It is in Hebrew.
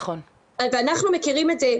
אנחנו מכירים את זה,